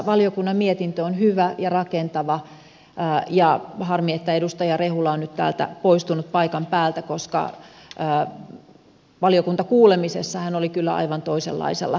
valiokunnan mietintö on hyvä ja rakentava ja on harmi että edustaja rehula on nyt täältä poistunut paikan päältä koska valiokuntakuulemisessa hän oli kyllä aivan toisenlaisella jalalla liikkeellä